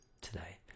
today